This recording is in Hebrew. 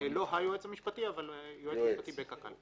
היועץ המשפטי אלא יועץ משפטי בקק"ל.